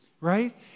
right